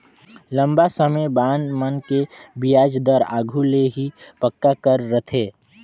लंबा समे बांड मन के बियाज दर आघु ले ही पक्का कर रथें